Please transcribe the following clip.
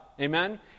Amen